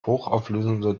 hochauflösende